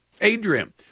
Adrian